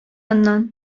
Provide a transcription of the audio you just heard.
аннан